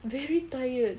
very tired